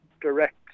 direct